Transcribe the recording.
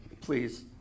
please